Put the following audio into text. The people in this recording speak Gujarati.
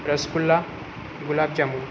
રસગુલ્લા ગુલાબજાંબુ